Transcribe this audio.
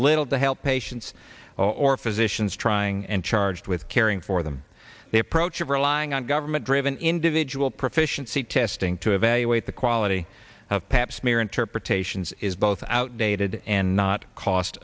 little to help patients or physicians trying and charged with caring for them the approach of relying on government driven dividual proficiency testing to evaluate the quality of pap smear interpretations is both outdated and not cost